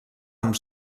amb